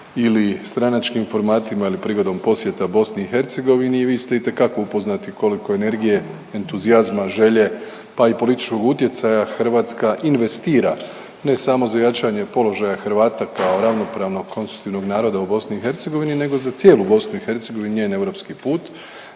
ili stranačkim formatima ili prigodom posjeda BIH i vi ste itekako upoznati koliko energije, entuzijazma, želje pa i političkog utjecaja Hrvatska investira ne samo za jačanje položaja Hrvata kao ravnopravno konstitutivnog naroda u BIH nego za cijelu BIH, njen europski put.